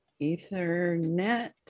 Ethernet